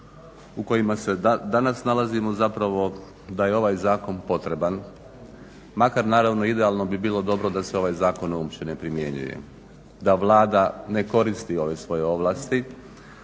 u kojima se danas nalazimo zapravo da je ovaj zakon potreban makar naravno idealno bi bilo dobro da se ovaj zakon uopće ne primjenjuje da Vlada ne koristi ove svoje ovlasti,